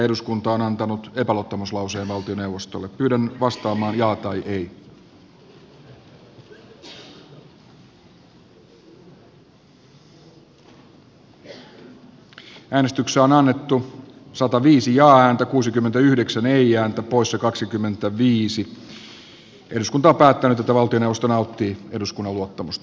eduskunta ei pidä oikeutettuna espanjalaisten ja muiden maiden pankkien massiivista tukemista suomalaisten verovaroin ja toteaa että hallitus ei nauti eduskunnan luottamusta